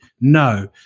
No